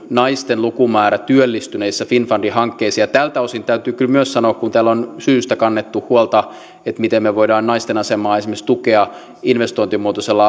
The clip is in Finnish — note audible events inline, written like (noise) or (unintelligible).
naisten lukumäärä työllistyneissä finnfundin hankkeissa ja tältä osin täytyy kyllä myös sanoa kun täällä on syystä kannettu huolta siitä miten me voimme naisten asemaa tukea esimerkiksi investointimuotoisella (unintelligible)